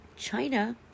China